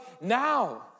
now